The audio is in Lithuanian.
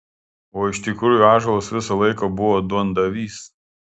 o iš tikrųjų ąžuolas visą laiką buvo duondavys